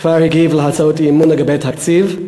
כבר הגיב על הצעות האי-אמון לגבי התקציב.